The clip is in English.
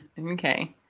Okay